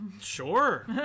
Sure